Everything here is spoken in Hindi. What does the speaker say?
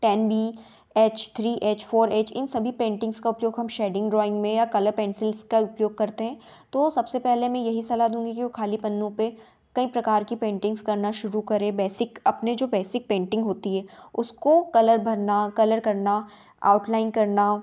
ten B H three H four H इन सभी पेंटिंग्स का उपयोग हम शेडिंग ड्रोइंग में या कलर पेन्सिल्स का उपयोग करते हें तो सबसे पहले मैं यही सलाह दूँगी कि वह खाली पन्नों पर कई प्रकार की पेंटिंग्स करना शुरू करे बेसिक अपने जो बेसिक पेंटिंग होती है उसको कलर भरना कलर करना आउटलाइन करना